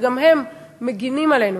וגם הם מגינים עלינו.